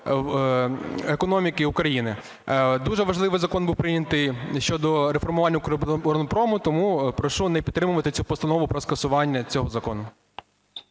економіки України. Дуже важливий закон був прийнятий щодо реформування "Укроборонпрому", тому прошу не підтримувати цю постанову про скасування цього закону.